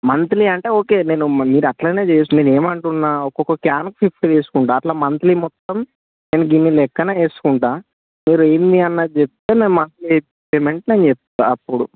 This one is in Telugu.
మంత్లీ అంటే ఓకే నేను మీరు అట్లైన చేయొచ్చు నేను ఏమంటున్నా ఒక్కొక్క క్యాన్ ఫిఫ్టీ తీసుకుంటాను అట్లా మంత్లీ మొత్తం నేను ఇన్ని లెక్కన వేసుకుంటానూ మీరూ ఎన్ని అన్నది చెప్తే మేము మంత్లీ పేమెంట్ నేను చెప్తాను అపుడు